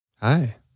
Hi